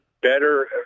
better